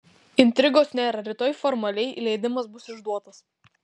intrigos nėra rytoj formaliai leidimas bus išduotas